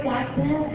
Jackson